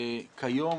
כיום,